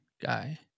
guy